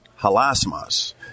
halasmas